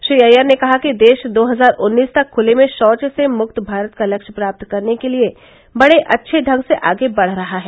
श्री अय्यर ने कहा कि देश दो हजार उन्नीस तक खुले में शौच से मुक्त भारत का लक्ष्य प्राप्त करने के लिए बडे अच्छे ढंग से आगे बढ रहा है